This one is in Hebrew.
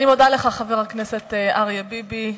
אני מודה לך, חבר הכנסת אריה ביבי.